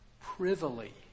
Privily